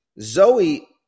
Zoe